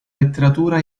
letteratura